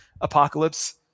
Apocalypse